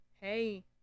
Hey